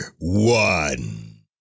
one